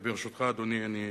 ברשותך, אדוני, אני